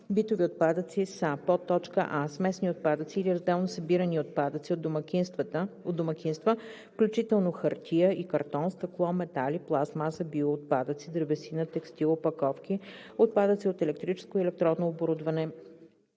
„Битови отпадъци“ са: а) смесени отпадъци или разделно събирани отпадъци от домакинства, включително хартия и картон, стъкло, метали, пластмаса, биоотпадъци, дървесина, текстил, опаковки, отпадъци от електрическо и електронно оборудване,